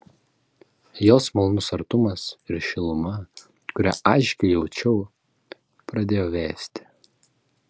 jos malonus artumas ir šiluma kurią aiškiai jaučiau pradėjo vėsti